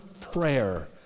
Prayer